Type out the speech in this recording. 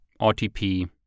RTP